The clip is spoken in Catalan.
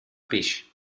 peix